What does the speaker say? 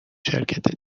شرکت